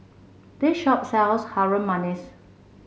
this shop sells Harum Manis